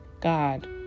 God